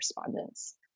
respondents